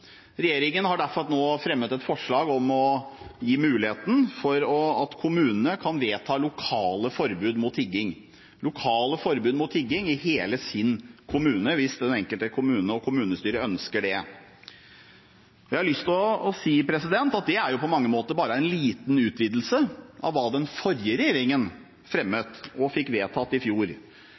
Regjeringen har derfor nå fremmet et forslag om å gi kommunene mulighet til å vedta lokale forbud mot tigging – lokale forbud mot tigging i hele kommunen, hvis de enkelte kommuner og kommunestyrer ønsker det. Jeg har lyst til å si at det er på mange måter bare en liten utvidelse av hva den forrige regjeringen fremmet og fikk vedtatt i fjor,